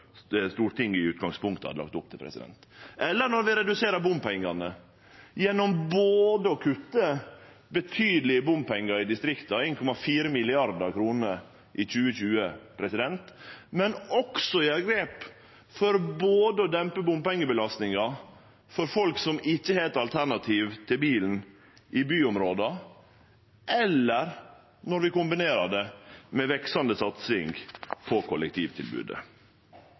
Stortinget i utgangspunktet hadde lagt opp til. Vi reduserer bompengane, både gjennom å kutte betydeleg i bompengar i distrikta – 1,4 mrd. kr i 2020 – og gjennom å ta grep for å dempe bompengebelastinga for folk som ikkje har eit alternativ til bilen i byområda, eller når vi kombinerer det med ei veksande satsing på kollektivtilbodet.